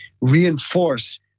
reinforce